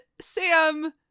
Sam